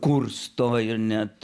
kursto ir net